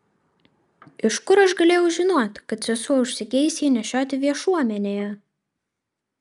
iš kur aš galėjau žinoti kad sesuo užsigeis jį nešioti viešuomenėje